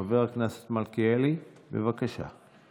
חבר הכנסת מלכיאלי, בבקשה.